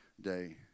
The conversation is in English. day